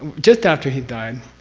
just after he died.